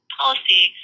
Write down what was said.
policy